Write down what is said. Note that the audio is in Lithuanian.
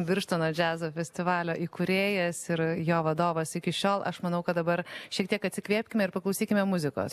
birštono džiazo festivalio įkūrėjas ir jo vadovas iki šiol aš manau kad dabar šiek tiek atsikvėpkime ir paklausykime muzikos